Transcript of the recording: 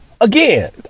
Again